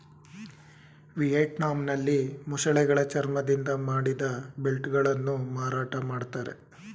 ವಿಯೆಟ್ನಾಂನಲ್ಲಿ ಮೊಸಳೆಗಳ ಚರ್ಮದಿಂದ ಮಾಡಿದ ಬೆಲ್ಟ್ ಗಳನ್ನು ಮಾರಾಟ ಮಾಡ್ತರೆ